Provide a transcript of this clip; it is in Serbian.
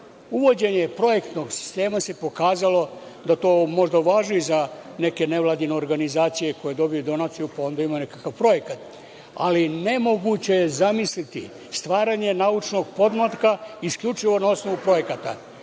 Uvođenje projektnog sistema je pokazalo da to možda važi za neke nevladine organizacije koji dobiju donaciju, pa onda ima nekakav projekat, ali nemoguće je zamisliti stvaranje naučnog podmlatka isključivo na osnovu projekata. Kada